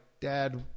Dad